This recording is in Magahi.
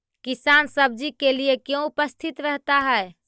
किसान सब्जी के लिए क्यों उपस्थित रहता है?